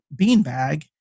beanbag